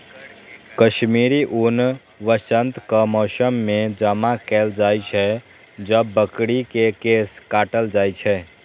कश्मीरी ऊन वसंतक मौसम मे जमा कैल जाइ छै, जब बकरी के केश काटल जाइ छै